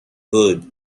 would